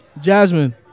Jasmine